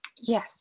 Yes